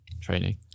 training